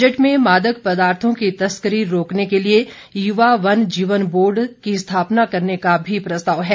budget में मादक पदार्थों की तस्करी रोकने के लिए युवा वन जीवन बोर्ड स्थापना करने का भी प्रस्ताव है